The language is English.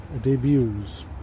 debuts